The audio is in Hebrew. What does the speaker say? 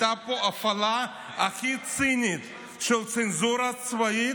הייתה פה ההפעלה הכי צינית של הצנזורה הצבאית,